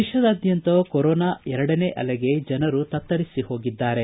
ದೇಶದಾದ್ಯಂತ ಕೊರೊನಾ ಎರಡನೇ ಅಲೆಗೆ ಜನರು ತತ್ತರಿಸಿ ಹೋಗಿದ್ದಾರೆ